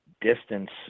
distance